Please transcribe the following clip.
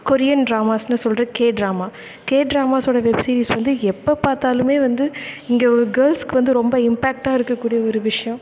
Korean ட்ராமஸுன்னு சொல்கிற K drama K ட்ராமாஸோட வெப் சீரிஸ் வந்து எப்போ பார்த்தாலுமே வந்து இங்கே ஒரு கேர்ள்ஸ்க்கு வந்து ரொம்ப இம்பேக்ட்டாக இருக்கக்கூடிய ஒரு விஷயம்